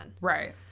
Right